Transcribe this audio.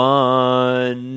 one